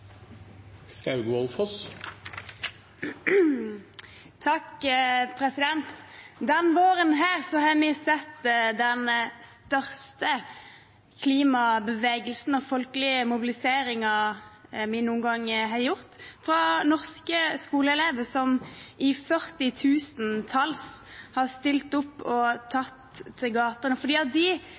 våren har vi sett den største bevegelsen og folkelige mobiliseringen for klima noen gang, fra norske skoleelever som i et antall på rundt 40 000 har stilt opp og tatt til gatene fordi de er bekymret. De